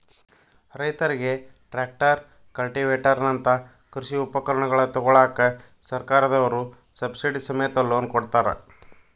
ರೈತರಿಗೆ tractor, cultivator ನಂತ ಕೃಷಿ ಉಪಕರಣ ತೊಗೋಳಾಕ ಸರ್ಕಾರದವ್ರು ಸಬ್ಸಿಡಿ ಸಮೇತ ಲೋನ್ ಕೊಡ್ತಾರ